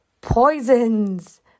poisons